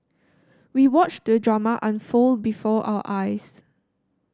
we watched the drama unfold before our eyes